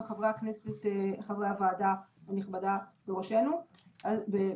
וחברי הוועדה הנכבדה בראש כולנו.